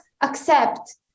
accept